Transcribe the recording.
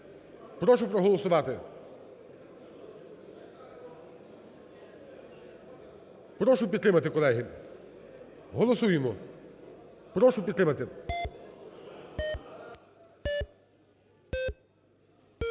Прошу проголосувати, прошу підтримати, колеги. Голосуємо, прошу підтримати.